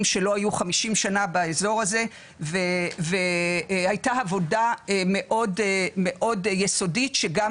שלא היו 50 שנה באזור הזה והייתה עבודה מאוד יסודית שגם